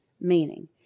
meaning